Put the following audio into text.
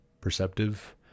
perceptive